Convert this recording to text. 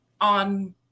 on